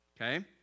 Okay